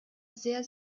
sehr